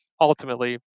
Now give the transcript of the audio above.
ultimately